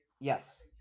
Yes